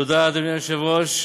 תודה, אדוני היושב-ראש.